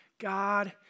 God